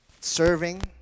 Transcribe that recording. serving